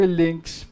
links